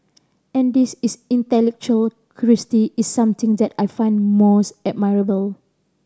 and this is intellectual curiosity is something that I find most admirable